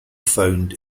found